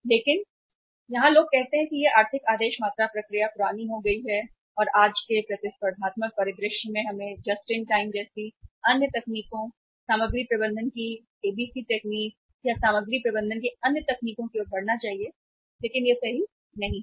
लेकिन यहां लोग कहते हैं कि यह आर्थिक आदेश मात्रा प्रक्रिया पुरानी हो गई है और आज के प्रतिस्पर्धात्मक परिदृश्य में हमें जेआईटी जैसी अन्य तकनीकों सामग्री प्रबंधन की एबीसी तकनीक या सामग्री प्रबंधन की अन्य तकनीकों की ओर बढ़ना चाहिए लेकिन यह सही नहीं है